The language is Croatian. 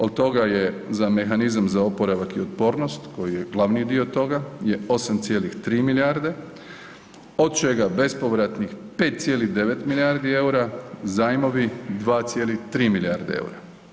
Od toga je za mehanizam za oporavak i otpornost koji je glavni dio toga je 8,3 milijarde, od čega bespovratnih 5,9 milijardi EUR-a, zajmovi 2,3 milijarde EUR-a.